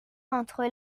entre